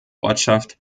ortschaft